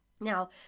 Now